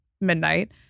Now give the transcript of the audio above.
midnight